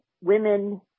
women